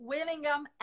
Willingham